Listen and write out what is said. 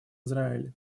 израиль